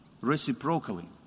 reciprocally